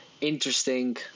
interesting